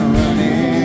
running